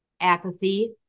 apathy